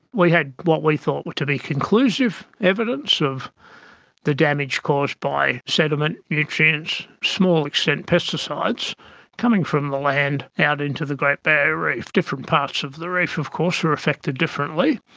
we had what we thought to be conclusive evidence of the damage caused by sediment, nutrients, to small extent pesticides coming from the land out into the great barrier reef. different parts of the reef of course were affected differently,